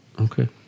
Okay